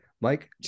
Mike